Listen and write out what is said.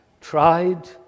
tried